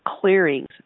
clearings